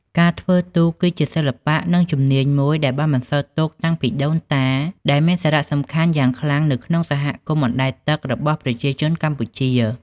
ការធ្វើទូកគឺជាសិល្បៈ និងជំនាញមួយដែលបានបន្សល់ទុកតាំងពីដូនតា ដែលមានសារៈសំខាន់យ៉ាងខ្លាំងនៅក្នុងសហគមន៍អណ្តែតទឹករបស់ប្រជាជនកម្ពុជា។